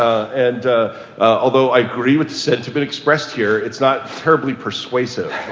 and although i agree with the sentiment expressed here, it's not terribly persuasive.